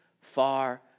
far